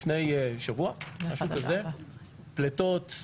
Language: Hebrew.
פליטות,